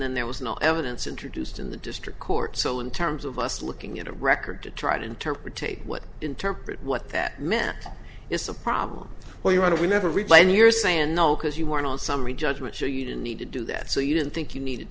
then there was no evidence introduced in the district court so in terms of us looking at a record to try to interpretate what interpret what that meant it's a problem when you write a we never reply and you're saying no because you weren't on summary judgment so you didn't need to do that so you didn't think you needed